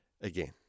Again